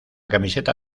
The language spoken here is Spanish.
camiseta